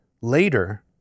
later